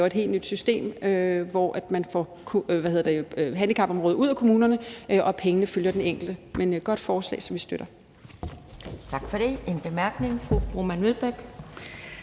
lave et helt nyt system, hvor man får handicapområdet ud af kommunerne, og hvor pengene følger den enkelte. Det er et godt forslag, som vi støtter. Kl. 11:55 Anden næstformand